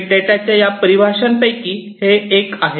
big डेटाच्या या परिभाषांपैकी हे एक आहे